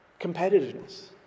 competitiveness